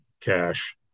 cash